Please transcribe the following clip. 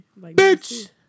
Bitch